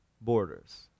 borders